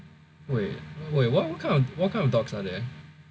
wait wait what kind of what kind of dogs are there